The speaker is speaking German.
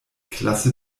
klasse